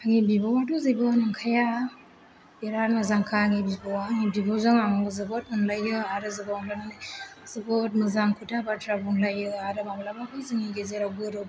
आंनि बिब'आथ' जेबो नंखाया बिराद मोजांखा आंनि बिब'आ आंनि बिब'जों आङो जोबोद अनलायो आरो जोबोद अनलायनानै जोबोद मोजां खोथा बाथ्रा बुंलायो आरो माब्लाबाबो जोंनि गेजेराव गोरोब